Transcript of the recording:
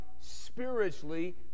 spiritually